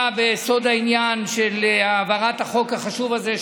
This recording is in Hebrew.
בסוד העניין של העברת החוק החשוב הזה,